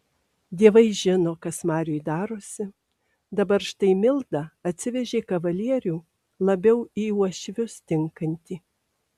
dievai žino kas mariui darosi dabar štai milda atsivežė kavalierių labiau į uošvius tinkantį